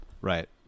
Right